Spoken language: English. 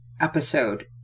episode